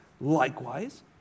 Likewise